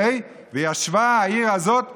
וישבה העיר הזאת לעולם"